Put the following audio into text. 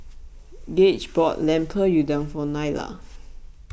Gage bought Lemper Udang for Nyla